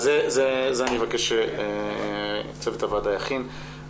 זה אני מבקש, צוות הוועדה יכין.